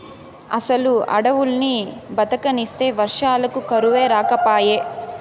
అసలు అడవుల్ని బతకనిస్తే వర్షాలకు కరువే రాకపాయే